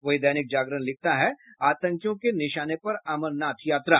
वहीं दैनिक जागरण लिखता है आतंकियों के निशाने पर अमरनाथ यात्रा